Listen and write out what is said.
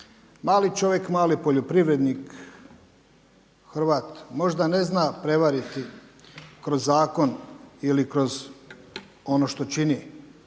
Mali čovjek, mali poljoprivrednik Hrvat, možda ne zna prevariti kroz zakon ili kroz ono što čini, ali